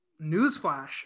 Newsflash